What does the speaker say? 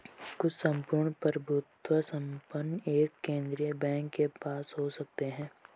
कुछ सम्पूर्ण प्रभुत्व संपन्न एक केंद्रीय बैंक के पास हो सकते हैं